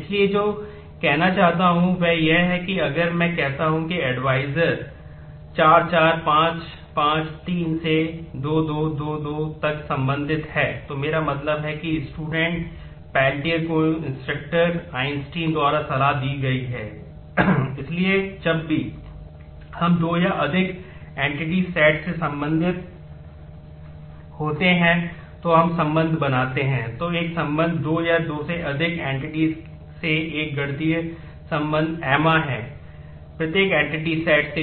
इसलिए मैं जो कहना चाहता हूं वह यह है कि अगर मैं कहता हूं कि एडवाइजर से